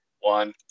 one